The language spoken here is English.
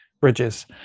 bridges